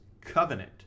covenant